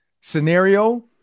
scenario